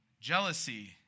Jealousy